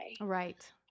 right